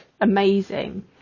amazing